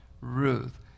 Ruth